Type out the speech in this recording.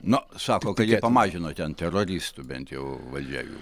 na sako kad jie pamažino ten teroristų bent jau valdžia jų